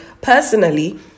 personally